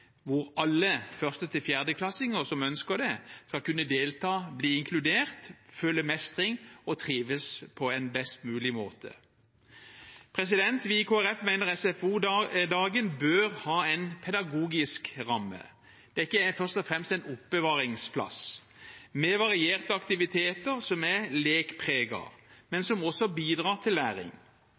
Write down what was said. hvor alle 1.–4.-klassinger som ønsker det, skal kunne delta, bli inkludert, føle mestring og trives på en best mulig måte. Vi i Kristelig Folkeparti mener SFO-dagen bør ha en pedagogisk ramme – det er ikke først og fremst en oppbevaringsplass – med varierte aktiviteter som er lekpregede, men som også bidrar til læring.